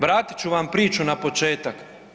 Vratit ću vam priču na početak.